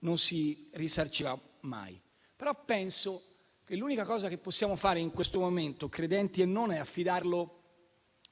non si rimarginerà mai. Penso però che l'unica cosa che possiamo fare in questo momento, credenti e non, è affidarlo